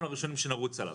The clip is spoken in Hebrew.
אנחנו הראשונים שנרוץ עליו,